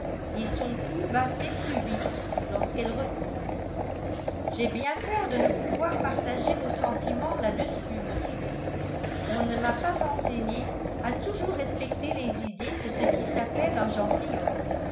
et son pouls battait plus vite lorsqu'elle reprit j'ai bien peur de ne pouvoir partager vos sentiments là-dessus monsieur on ne m'a pas enseigné à toujours respecter les idées de ce qui s'appelle un